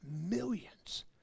millions